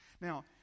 Now